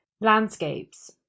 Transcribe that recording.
landscapes